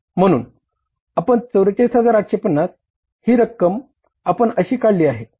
म्हणून आपण 44850 ही रक्कम आपण अशी काढली आहे